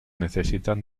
necesitan